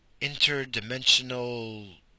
interdimensional